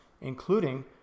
including